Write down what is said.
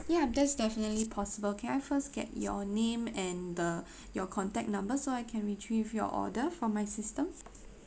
ya that's definitely possible can I first get your name and the your contact number so I can retrieve your order from my system